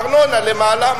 ארנונה למעלה,